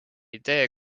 idee